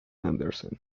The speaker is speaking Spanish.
andersen